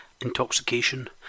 intoxication